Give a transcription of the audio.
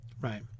right